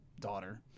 daughter